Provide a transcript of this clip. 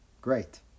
Great